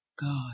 God